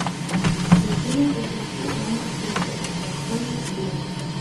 vaikinui iš ausų ėmė kilti auksaspalviai dūmai